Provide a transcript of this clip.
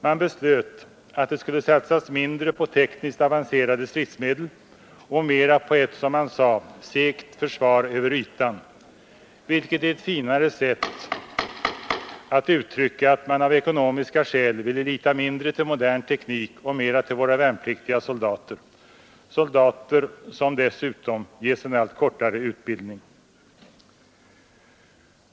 Man beslöt att det skulle satsas mindre på tekniskt avancerade stridsmedel och mera på ett, som man sade, segt försvar över ytan, vilket är ett finare sätt att uttrycka att man av ekonomiska skäl ville lita mindre till modern teknik och mera till våra värnpliktiga soldater — soldater som dessutom ges en allt kortare utbildning.